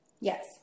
Yes